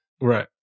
Right